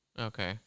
Okay